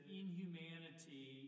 inhumanity